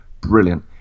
brilliant